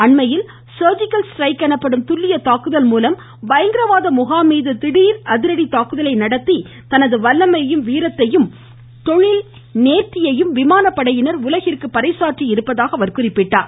அண்மையில் surgical strike எனப்படும் துல்லிய தாக்குதல் மூலம் பயங்கரவாத முகாம் மீது திடீர் அதிரடி தாக்குதலை நடத்தி தனது வல்லமையையும் வீரத்தையும் தொழில் நேர்த்தியையும் விமானப்படையினர் உலகிற்கு பறை சாற்றியிருப்பதாக அவர் குறிப்பிட்டார்